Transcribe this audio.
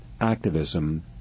activism